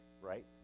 right